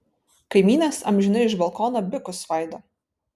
kaimynas amžinai iš balkono bikus svaido